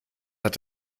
hat